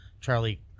Charlie